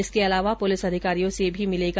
इसके अलावा यह दल पुलिस अधिकारियों से भी मिलेगा